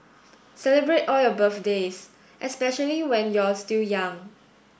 celebrate all your birthdays especially when you're still young